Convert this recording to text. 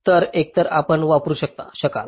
तर एकतर आपण वापरू शकता